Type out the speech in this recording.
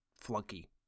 flunky